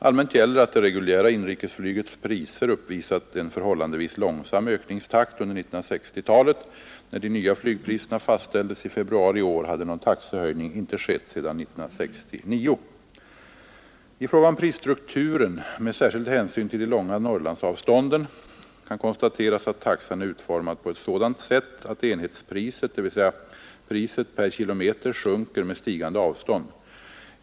Allmänt gäller att det reguljära inrikesflygets priser uppvisat en förhållandevis långsam ökningstakt under 1960-talet. När de nya flygpriserna fastställdes i februari i år, hade någon taxehöjning inte skett sedan år 1969. I fråga om prisstrukturen med särskild hänsyn till de långa Norrlandsavstånden kan konstateras att taxan är utformad på ett sådant sätt att enhetspriset — dvs. priset per kilometer — sjunker med stigande avstånd.